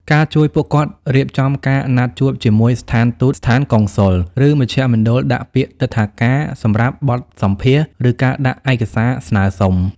ការជួយពួកគាត់រៀបចំការណាត់ជួបជាមួយស្ថានទូត ស្ថានកុងស៊ុល ឬមជ្ឈមណ្ឌលដាក់ពាក្យទិដ្ឋាការសម្រាប់បទសម្ភាសន៍ ឬការដាក់ឯកសារស្នើសុំ។